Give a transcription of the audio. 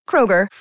Kroger